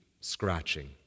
scratching